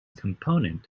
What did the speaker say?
component